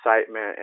excitement